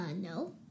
no